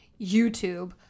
YouTube